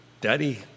daddy